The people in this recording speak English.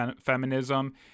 feminism